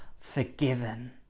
forgiven